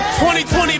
2020